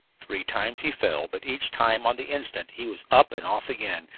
three times he fell, but each time on the instant he was up and off again,